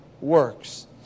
works